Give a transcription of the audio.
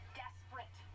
desperate